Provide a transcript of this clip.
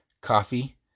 coffee